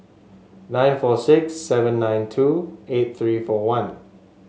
nine four six seven nine two eight three four one